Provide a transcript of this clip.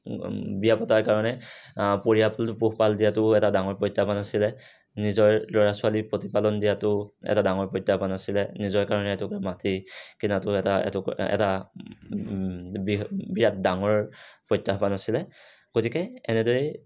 বিয়া পতাৰ কাৰণে পৰিয়ালতো পোহপাল দিয়াটোও এটা ডাঙৰ প্ৰত্যাহ্বান আছিলে নিজৰ ল'ৰা ছোৱালী প্ৰতিপালন দিয়াটোও এটা ডাঙৰ প্ৰত্যাহ্বান আছিলে নিজৰ কাৰণে এটুকা মাটি কিনাটো এটা এটুকুৰা এটা বৃহৎ বিৰাট ডাঙৰ প্ৰত্যাহ্বান আছিলে গতিকে এনেদৰেই